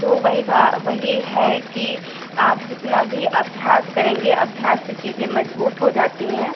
तो वही वही है कि आप जितना भी अभ्यास करेंगे अभ्यास से चीज़ें मजबूत हो जाती हैं